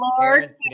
Lord